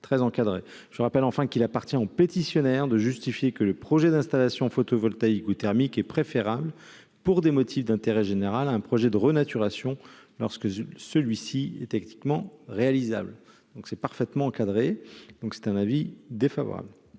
Je rappelle enfin qu'il appartient au pétitionnaire de justifier que le projet d'installation photovoltaïque ou thermique est préférable, pour des motifs d'intérêt général, à un projet de renaturation, lorsque celui-ci est techniquement réalisable. La dérogation, j'y insiste,